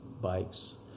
bikes